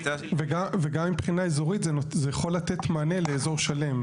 וגם מבחינה אזורית זה יכול לתת מענה לאזור שלם.